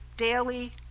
daily